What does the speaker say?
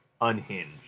unhinged